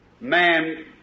man